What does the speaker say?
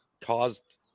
caused